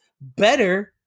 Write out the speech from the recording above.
better